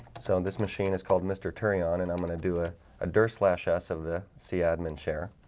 so and this machine is called mr. turing on and i'm gonna do a adder slash s of the c admin share